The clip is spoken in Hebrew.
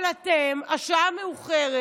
אבל אתם, השעה מאוחרת.